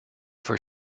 for